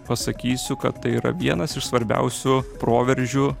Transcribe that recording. pasakysiu kad tai yra vienas iš svarbiausių proveržių